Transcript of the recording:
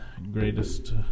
Greatest